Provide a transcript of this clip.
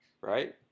right